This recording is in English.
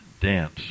Dance